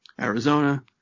Arizona